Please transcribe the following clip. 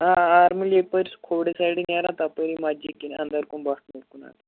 آ آرملہِ یَپٲرۍ سُہ کھووٕرۍ سایڈٕ نیران تَپٲری مَسجِد کِنہٕ اَنٛدَر کُن بٹھنُک کُن